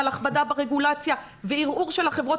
על הכבדה ברגולציה וערעור של החברות